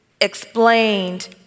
explained